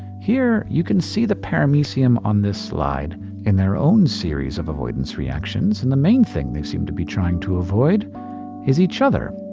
here, you can see the paramecium on this slide in their own series of avoidance reactions. and the main thing they seem to be trying to avoid is each other.